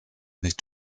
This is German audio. nicht